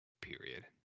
Period